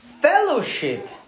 Fellowship